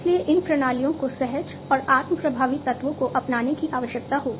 इसलिए इन प्रणालियों को सहज और आत्म प्रभावी तत्वों को अपनाने की आवश्यकता होगी